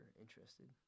interested